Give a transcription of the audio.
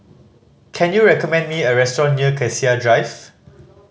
can you recommend me a restaurant near Cassia Drive